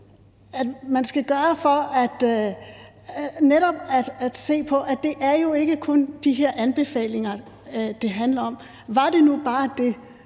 man skal gøre – netop se på, at det jo ikke kun er de her anbefalinger, det handler om. Var det nu bare det,